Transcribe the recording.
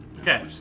Okay